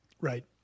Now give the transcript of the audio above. Right